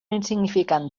insignificant